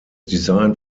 designed